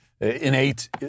innate